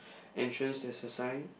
entrance there is a sign